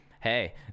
hey